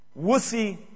wussy